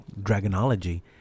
dragonology